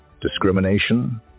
discrimination